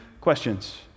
questions